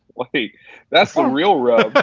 ah think that's the real rub. but